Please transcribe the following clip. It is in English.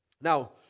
Now